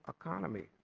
economy